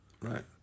right